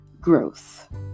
growth